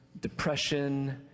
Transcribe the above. depression